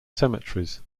cemeteries